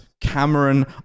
Cameron